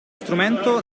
strumento